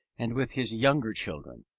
and with his younger children.